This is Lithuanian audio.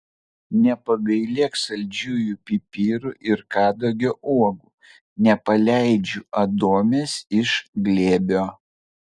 nepagailėk saldžiųjų pipirų ir kadagio uogų nepaleidžiu adomės iš glėbio